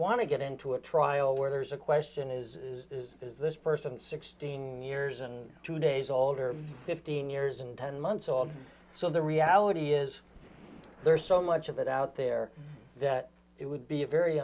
want to get into a trial where there's a question is is is is this person sixteen years and two days old or fifteen years and ten months or so the reality is there's so much of it out there that it would be a very